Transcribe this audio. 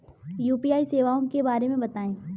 UPI सेवाओं के बारे में बताएँ?